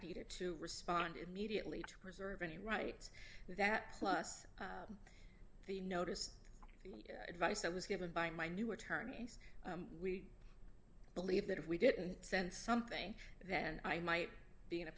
either to respond immediately to preserve any rights that plus the notice the advice i was given by my new attorneys we believe that if we didn't send something then i might be in a